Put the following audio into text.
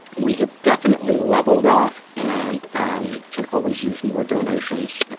we have definitely leveled off and um can always use more donations.